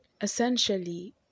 essentially